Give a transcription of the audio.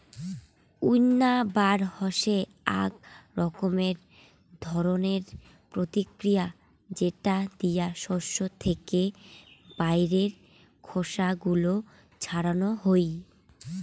উইন্নবার হসে আক রকমের ধরণের প্রতিক্রিয়া যেটা দিয়া শস্য থেকে বাইরের খোসা গুলো ছাড়ানো হই